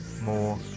more